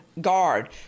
guard